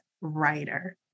writer